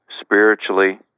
spiritually